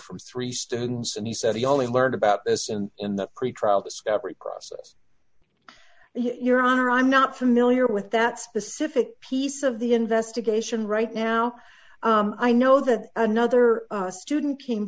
from three students and he said he only learned about s and the pretrial discovery process your honor i'm not familiar with that specific piece of the investigation right now i know that another student came